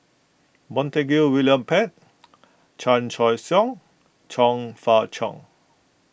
Montague William Pett Chan Choy Siong Chong Fah Cheong